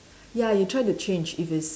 ya you'll try to change if it's